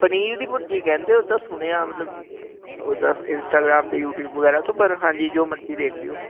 ਪਨੀਰ ਦੀ ਭੁਰਜੀ ਕਹਿੰਦੇ ਉਦਾਂ ਸੁਣਿਆ ਮਤਲਵ ਕੀ ਉਹਦਾ ਇੰਸਟਾਗ੍ਰਾਮ ਤੇ ਯੂਟਿਊਬ ਵਗੈਰਾ ਤੇ ਪਰ ਹਾਂਜੀ ਜੋ ਮਰਜੀ ਦੇਖ ਲਿਓ